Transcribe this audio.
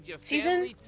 season